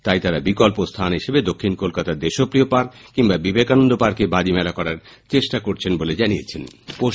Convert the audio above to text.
তাই তাঁরা বিকল্প স্হান হিসেবে দক্ষিণ কলকাতার দেশপ্রিয় পার্ক কিংবা বিবেকানন্দ পার্কে বাজি মেলা করার চেষ্টা করছেন বলে শ্রী মাইতি জানিয়েছেন